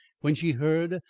when she heard,